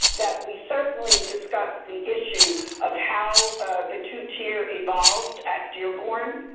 that we certainly discussed the issue of how the two-tier evolved at dearborn.